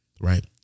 Right